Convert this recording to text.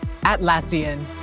Atlassian